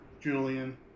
Julian